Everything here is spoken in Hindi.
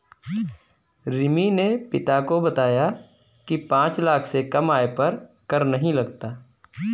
रिमी ने पिता को बताया की पांच लाख से कम आय पर कर नहीं लगता